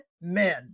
men